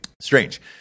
Strange